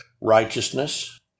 righteousness